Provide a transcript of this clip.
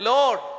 Lord